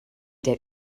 der